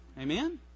Amen